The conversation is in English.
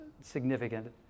significant